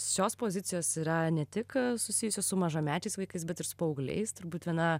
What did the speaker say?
šios pozicijos yra ne tik susijusios su mažamečiais vaikais bet ir su paaugliais turbūt viena